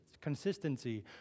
consistency